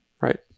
right